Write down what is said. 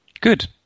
Good